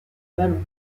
ballons